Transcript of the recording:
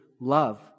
love